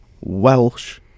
welsh